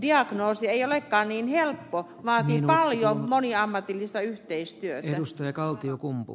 diagnoosi ei olekaan niin helppo vaan joka vaatii paljon moniammatillista yhteistyötä